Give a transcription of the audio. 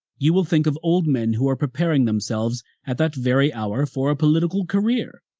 you will think of old men who are preparing themselves at that very hour for a political career,